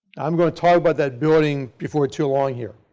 i'm going to talk about that building before too long here.